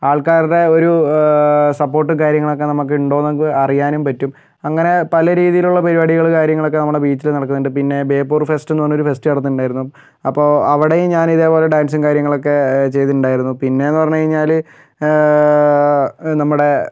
ആൾക്കാരുടെ ഒരു സപ്പോർട്ടും കാര്യങ്ങളൊക്കെ നമുക്ക് ഉണ്ടോന്നൊക്കെ അറിയാനും പറ്റും അങ്ങനെ പല രീതിയിലുള്ള പരിപാടികൾ കാര്യങ്ങളൊക്കെ നമ്മുടെ ബീച്ചിൽ നടക്കുന്നുണ്ട് പിന്നെ ബേപ്പൂർ ഫെസ്റ്റ് എന്ന് പറയുന്ന ഒരു ഫെസ്റ്റ് വരുന്നുണ്ടായിരുന്നു അപ്പോൾ അവിടെയും ഞാൻ ഇതേപോലെ ഡാൻസും കാര്യങ്ങളൊക്കെ ചെയ്തിട്ടുണ്ടായിരുന്നു പിന്നെന്ന് പറഞ്ഞു കഴിഞ്ഞാൽ നമ്മുടെ